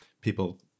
people